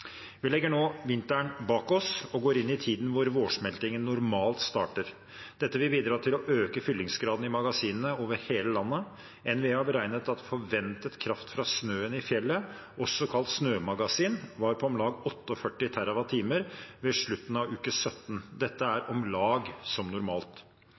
Vi legger nå vinteren bak oss og går inn i tiden hvor vårsmeltingen normalt starter. Dette vil bidra til å øke fyllingsgraden i magasinene over hele landet. NVE har beregnet at forventet kraft fra snøen i fjellet, også kalt snømagasin, var på om lag 48 TWh ved slutten av uke 17. Dette er om lag som normalt.